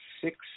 six